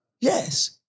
Yes